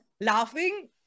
laughing